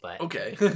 Okay